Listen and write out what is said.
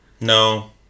No